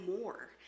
more